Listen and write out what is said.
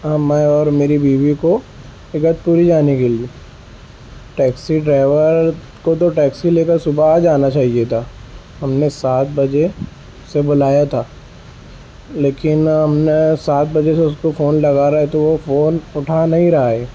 اور میں اور میری بیوی کو جانے کے لیے ٹیکسی ڈرائیور کو تو ٹیکسی لے کر صبح آ جانا چاہیے تھا ہم نے سات بجے اسے بلایا تھا لیکن ہم نے سات بجے سے اس کو فون لگا رہا تو وہ فون اٹھا نہیں رہا ہے